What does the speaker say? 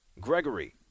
Gregory